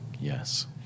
Yes